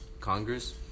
Congress